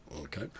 Okay